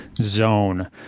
zone